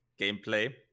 gameplay